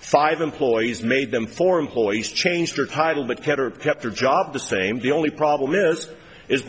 five employees made them four employees changed their title but peter kept her job the same the only problem is is